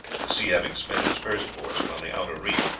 the sea having spent its first force upon the outer reef.